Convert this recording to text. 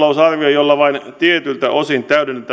jolla vain tietyiltä osin täydennetään varsinaista talousarviota